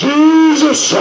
Jesus